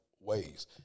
ways